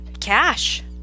cash